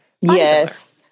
Yes